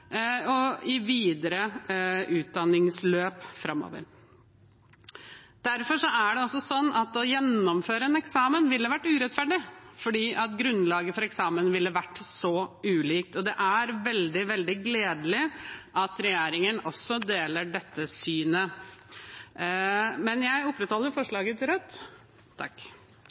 og i videre utdanningsløp framover. Derfor ville det å gjennomføre en eksamen vært urettferdig, fordi grunnlaget for eksamen ville vært så ulikt. Det er veldig gledelig at regjeringen også deler dette synet, men jeg opprettholder og fremmer herved Rødts forslag. Da har representanten Hege Bae Nyholt tatt opp det forslaget hun refererte til.